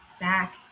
back